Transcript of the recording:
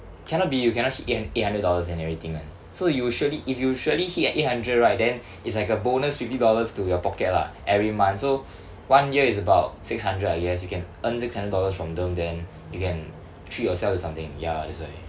cannot be you cannot hit eight hun~ eight hundred dollars and everything [one] so you'll surely if you surely hit eight hundred right then it's like a bonus fifty dollars to your pocket lah every month so one year is about six hundred I guess you can earn six hundred dollars from them then you can treat yourself to something ya that's why